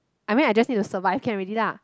I mean I just need to survive can already lah